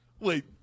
Wait